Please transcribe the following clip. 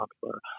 popular